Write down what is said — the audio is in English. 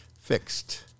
Fixed